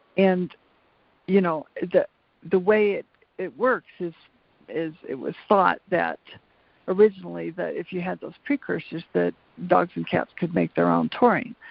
and you know the way it it works is is it was thought that originally that if you had those precursors that dogs and cats could make their own taurine.